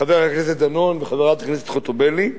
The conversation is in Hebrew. חבר הכנסת דנון וחברת הכנסת חוטובלי.